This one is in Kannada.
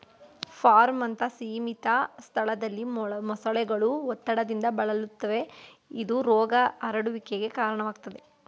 ಫಾರ್ಮ್ನಂತ ಸೀಮಿತ ಸ್ಥಳದಲ್ಲಿ ಮೊಸಳೆಗಳು ಒತ್ತಡದಿಂದ ಬಳಲುತ್ತವೆ ಇದು ರೋಗ ಹರಡುವಿಕೆಗೆ ಕಾರಣವಾಗ್ತದೆ